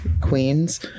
queens